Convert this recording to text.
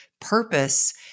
purpose